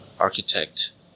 architect